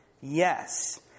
Yes